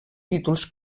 títols